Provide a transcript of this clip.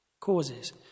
causes